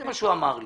זה מה שהוא אמר לי.